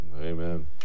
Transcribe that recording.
Amen